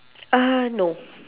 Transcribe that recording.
err no